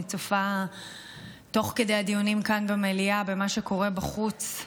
אני צופה תוך כדי הדיונים כאן במליאה במה שקורה בחוץ,